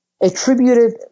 attributed